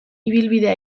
ibilbidea